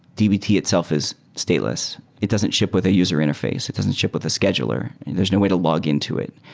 dbt itself is stateless. it doesn't ship with a user interface. it doesn't ship with a scheduler. there's no way to log into it.